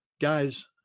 guys